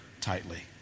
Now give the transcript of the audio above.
tightly